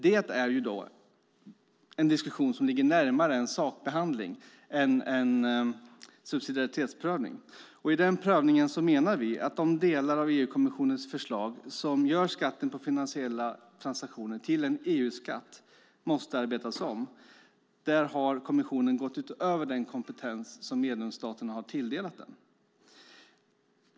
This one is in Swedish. Det är dock en diskussion som ligger närmare en sakbehandling än en subsidiaritetsprövning. I den prövningen menar vi att de delar av EU-kommissionens förslag som gör skatten på finansiella transaktioner till en EU-skatt måste arbetas om. Där har kommissionen gått utöver den kompetens som medlemsstaterna tilldelat den.